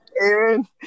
Aaron